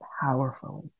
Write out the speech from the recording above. powerfully